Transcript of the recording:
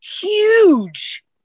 huge